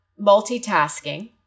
multitasking